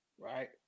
Right